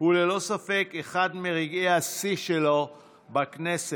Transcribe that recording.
הוא ללא ספק אחד מרגעי השיא שלו בכנסת.